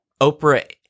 Oprah